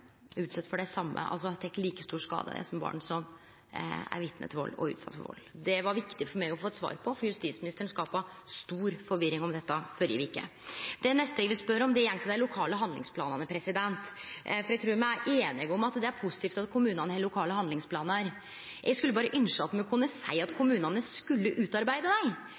om, gjeld dei lokale handlingsplanane. Eg trur me er einige om at det er positivt at kommunane har lokale handlingsplanar. Eg skulle berre ynskje at me kunne seie at kommunane skulle utarbeide dei,